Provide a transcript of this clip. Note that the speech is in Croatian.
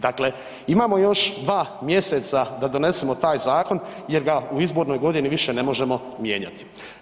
Dakle, imamo još 2 mjeseca da donesemo taj zakon jer ga u izbornoj godini više ne možemo mijenjati.